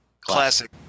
classic